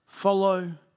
Follow